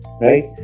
right